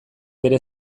bere